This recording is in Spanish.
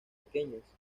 pequeñas